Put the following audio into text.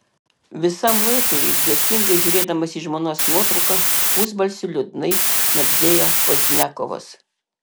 visam laikui ilgesingai žiūrėdamas į žmonos nuotrauką pusbalsiu liūdnai šnabždėjo pozdniakovas